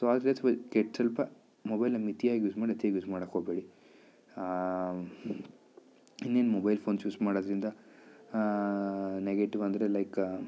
so ಕೆಟ್ಟ ಸ್ವಲ್ಪ ಮೊಬೈಲ್ನ ಮಿತಿಯಾಗಿ ಯೂಸ್ ಮಾಡಿ ಅತಿಯಾಗಿ ಯೂಸ್ ಮಾಡೋಕ್ಕೆ ಹೋಗಬೇಡಿ ಇನ್ನೇನು ಮೊಬೈಲ್ ಫೋನ್ಸ್ ಯೂಸ್ ಮಾಡೋದ್ರಿಂದ ನೆಗೆಟಿವ್ ಅಂದರೆ ಲೈಕ